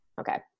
Okay